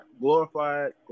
glorified